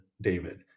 David